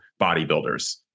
bodybuilders